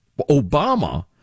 Obama